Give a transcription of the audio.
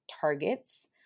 targets